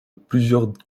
plusieurs